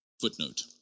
footnote